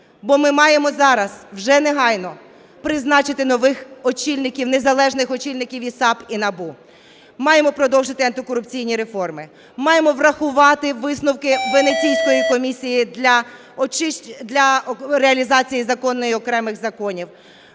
бо ми маємо зараз, вже негайно, призначити нових очільників, незалежних очільників і в САП, і НАБУ. Маємо продовжити антикорупційні реформи, маємо врахувати висновки Венеційської комісії для реалізації закону і окремих законів.